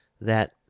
That—